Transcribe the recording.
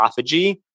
autophagy